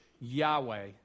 Yahweh